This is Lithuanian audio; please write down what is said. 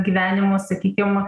gyvenimo sakykim